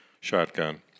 Shotgun